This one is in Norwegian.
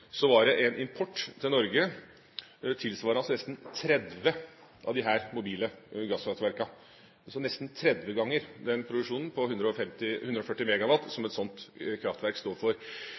var det en import til Norge tilsvarende nesten 30 av disse mobile gasskraftverkene, altså nesten 30 ganger den produksjonen på 140 MW som et slikt kraftverk står for.